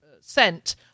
sent